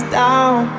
down